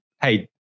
hey